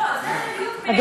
לא, זה בדיוק, למליאה.